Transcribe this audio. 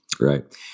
Right